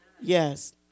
Yes